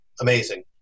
amazing